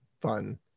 fun